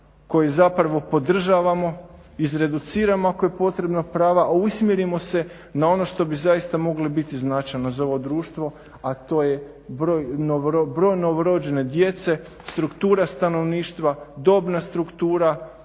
koje podržavamo izreduciramo ako je potrebno prava, a usmjerimo se na ono što bi zaista moglo biti značajno za ovo društvo, a to je broj novorođene djece, struktura stanovništva, dobna struktura,